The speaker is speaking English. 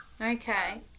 Okay